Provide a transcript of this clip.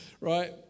right